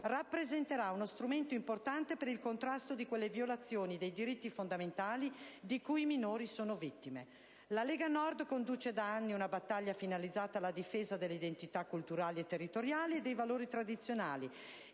rappresenterà uno strumento importante per il contrasto di quelle violazioni dei diritti fondamentali di cui i minori sono vittime. La Lega Nord conduce da anni una battaglia finalizzata alla difesa delle identità culturali e territoriali e dei valori tradizionali